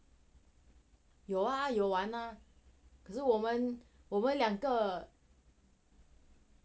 有啊有玩啊可是我们我们两个